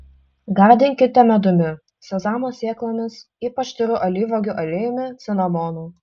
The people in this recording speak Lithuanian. gardinkite medumi sezamo sėklomis ypač tyru alyvuogių aliejumi cinamonu